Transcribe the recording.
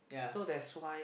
so that's why